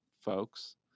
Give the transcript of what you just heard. folks